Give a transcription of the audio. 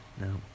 No